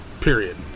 Period